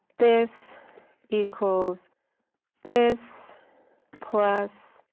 this equals this plus.